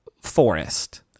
forest